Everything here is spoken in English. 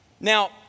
Now